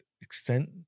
extent